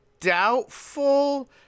doubtful